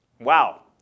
Wow